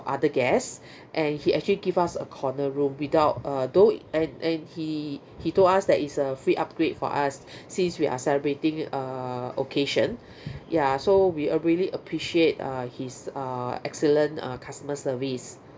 other guest and he actually give us a corner room without uh though and and he he told us that it's a free upgrade for us since we are celebrating uh occasion ya so we uh really appreciate uh his uh excellent uh customer service